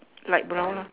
light brown lah